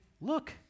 Look